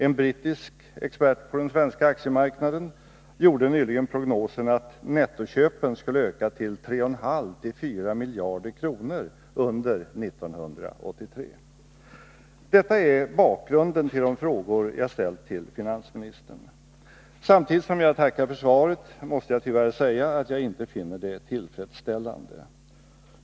En brittisk expert på den svensk aktiemarknaden gjorde nyligen prognosen att nettoköpen skulle öka till 3,54 miljarder kronor under 1983. Detta är bakgrunden till de frågor jag ställt till finansministern. Samtidigt som jag tackar för svaret, måste jag tyvärr säga att jag inte finner det tillfredsställande.